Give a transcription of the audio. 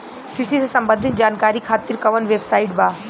कृषि से संबंधित जानकारी खातिर कवन वेबसाइट बा?